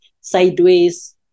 sideways